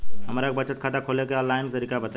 हमरा के बचत खाता खोले के आन लाइन तरीका बताईं?